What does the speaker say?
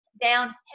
down